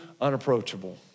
unapproachable